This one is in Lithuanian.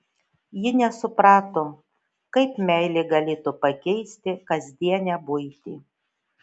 ji nesuprato kaip meilė galėtų pakeisti kasdienę buitį